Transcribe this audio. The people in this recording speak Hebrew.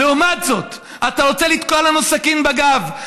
לעומת זאת, אתה רוצה לתקוע לנו סכין בגב?